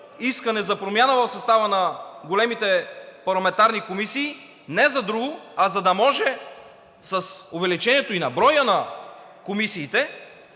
искане за промяна в състава на големите парламентарни комисии не за друго, а за да може с увеличението и на броя на комисиите,